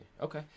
Okay